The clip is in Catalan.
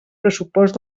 pressupost